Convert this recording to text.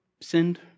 sinned